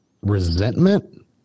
resentment